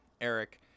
Eric